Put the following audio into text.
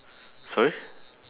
sorry